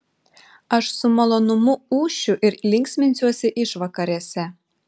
aš su malonumu ūšiu ir linksminsiuosi išvakarėse